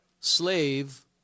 Slave